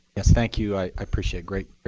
ah thank you. i appreciate. great